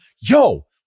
Yo